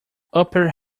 upper